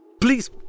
Please